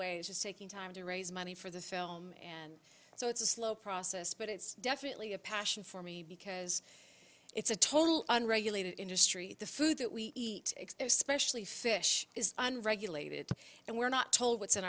just taking time to raise money for the film and so it's a slow process but it's definitely a passion for me because it's a total unregulated industry the food that we eat especially fish is unregulated and we're not told what's in